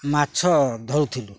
ମାଛ ଧରୁଥିଲୁ